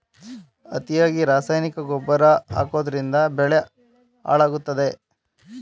ಅತಿಯಾಗಿ ರಾಸಾಯನಿಕ ಗೊಬ್ಬರ ಹಾಕೋದ್ರಿಂದ ಬೆಳೆ ಹಾಳಾಗುತ್ತದೆ